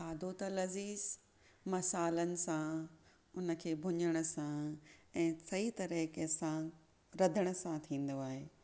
खाधो त लज़ीज़ मसालनि सां हुनखे भुञण सां ऐं सही तरीक़े सां रधण सां थींदो आहे